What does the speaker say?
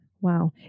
Wow